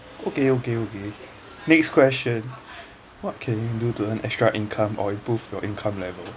okay okay okay next question what can you do to earn extra income or improve your income level